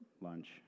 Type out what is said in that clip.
lunch